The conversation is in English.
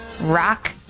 rock